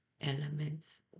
elements